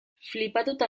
flipatuta